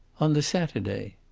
on the saturday.